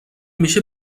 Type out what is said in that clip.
میشه